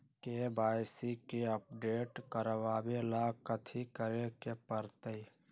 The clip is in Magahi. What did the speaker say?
के.वाई.सी के अपडेट करवावेला कथि करें के परतई?